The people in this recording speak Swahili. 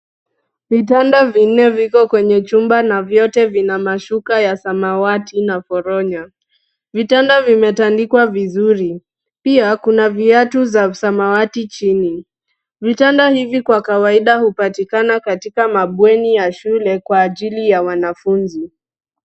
Vitanda vinne viko kwenye chumba na vote vina mashuka ya samawati na poronya. Vitanda kimetandikwa vizuri pia kuna viatu za samawati chini. Vitanda hivi kwa kawaida hupatikana katika mabweni ya shule kwa ajili ya wanafunzi.